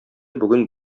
бүген